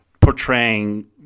portraying